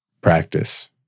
practice